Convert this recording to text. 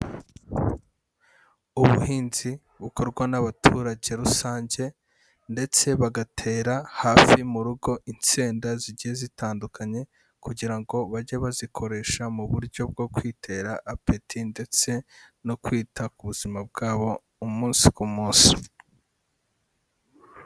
Ubuhinzi bukorwa n'abaturage rusange ndetse bagatera hafi mu rugo insenda zigiye zitandukanye kugira ngo bajye bazikoresha mu buryo bwo kwitera apeti ndetse no kwita ku buzima bwabo umunsi ku munsi.